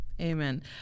Amen